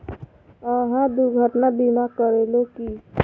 अहाँ दुर्घटना बीमा करेलौं की?